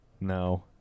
No